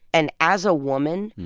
and as a woman,